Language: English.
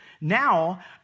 Now